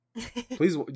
Please